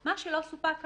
מה שלא סופק על-ידו,